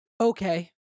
Okay